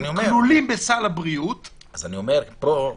שהם כלולים בסל הבריאות- -- ב-(3)